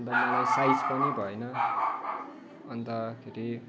अन्त मलाई साइज पनि भएन अन्तखेरि